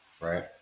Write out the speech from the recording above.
right